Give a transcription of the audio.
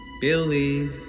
Billy